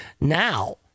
now